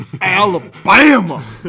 Alabama